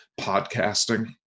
podcasting